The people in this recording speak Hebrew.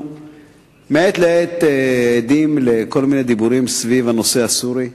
מעת לעת אנחנו עדים לכל מיני דיבורים סביב הנושא הסורי,